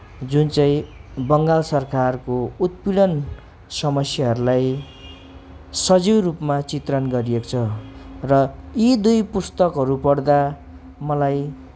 जुन चाहिँ बङ्गाल सरकारको उत्पीडन् समस्याहरूलाई सजीव रूपमा चित्रण गरिएको छ र यी दुई पुस्तकहरू पढ्दा मलाई